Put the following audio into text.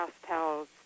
pastels